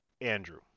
Andrew